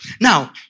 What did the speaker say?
Now